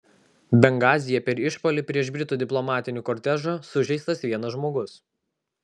bengazyje per išpuolį prieš britų diplomatinį kortežą sužeistas vienas žmogus